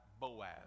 Boaz